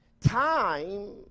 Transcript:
Time